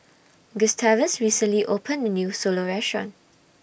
Gustavus recently opened A New Solo Restaurant